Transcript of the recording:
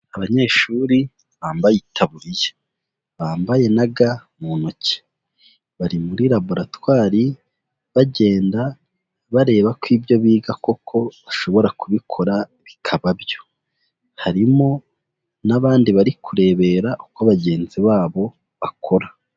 Abanyeshuri bambaye itaburiya, bambaye na ga mu ntoki, bari muri raboratwari, bagenda bareba ko ibyo biga koko bashobora kubikora bikaba byo, harimo n'abandi bari kurebera uko bagenzi babo bakora.